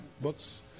books